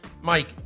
Mike